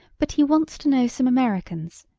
but he wants to know some americans.